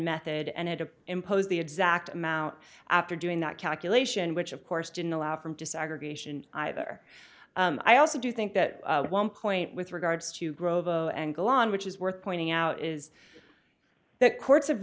method and it of imposed the exact amount after doing that calculation which of course didn't allow from desegregation either i also do think that one point with regards to grow and golan which is worth pointing out is the courts have